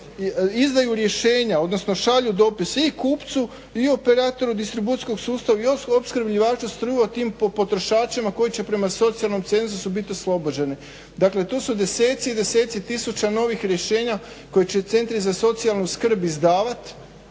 izdaju rješenja odnosno šalju dopise i kupcu i operateru distribucijskog sustava i opskrbljivača struje i tim potrošačima koji će prema socijalnom cenzusu bit oslobođeni. Dakle to su deseci i deseci tisuća novih rješenja koji će centri za socijalnu skrb izdavat